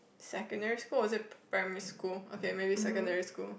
secondary school or is it primary school okay maybe secondary school